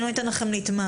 אני לא אתן לכם להתמהמה,